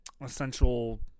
essential